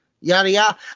yada-yada